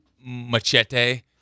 machete